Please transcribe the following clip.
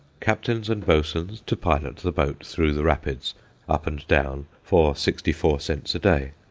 captains and boatswains to pilot the boat through the rapids up and down for sixty-four cents a day.